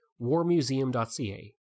warmuseum.ca